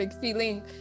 feeling